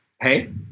hey